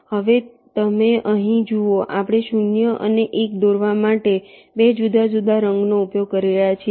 હવે તમે અહીં જુઓ આપણે શૂન્ય અને એક દોરવા માટે 2 જુદા જુદા રંગોનો ઉપયોગ કરી રહ્યા છીએ